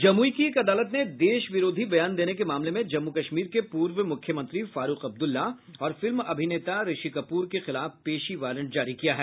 जमूई की एक अदालत ने देश विरोधी बयान देने के मामले में जम्मू कश्मीर के पूर्व मुख्यमंत्री फारूख अब्दुला और फिल्म अभिनेता ऋषि कपूर के खिलाफ पेशी वारंट जारी किया है